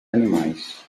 animais